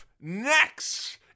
next